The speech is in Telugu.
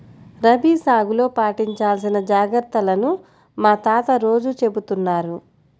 రబీ సాగులో పాటించాల్సిన జాగర్తలను మా తాత రోజూ చెబుతున్నారు